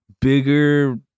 bigger